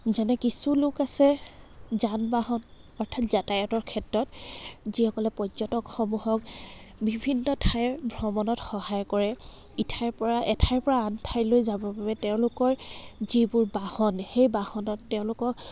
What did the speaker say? যেনে কিছু লোক আছে যান বাহন অৰ্থাৎ যাতায়াতৰ ক্ষেত্ৰত যিসকলে পৰ্যটকসমূহক বিভিন্ন ঠাইৰ ভ্ৰমণত সহায় কৰে ইঠাইৰ পৰা এঠাইৰ পৰা আন ঠাইলৈ যাবৰ বাবে তেওঁলোকৰ যিবোৰ বাহন সেই বাহনত তেওঁলোকক